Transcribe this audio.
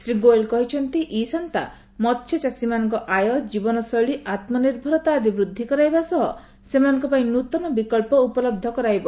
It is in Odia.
ଶ୍ରୀ ଗୋଏଲ କହିଛନ୍ତି ଇ ଶାନ୍ତା ମସ୍ୟଚାଷୀମାନଙ୍କ ଆୟ କୀବନଶୈଳୀ ଆତ୍ମନିର୍ଭରତା ଆଦି ବୃଦ୍ଧି କରାଇବା ସହ ସେମାନଙ୍କ ପାଇଁ ନୃତନ ବିକଳ୍ପ ଉପଲବ୍ଧ କରାଇବ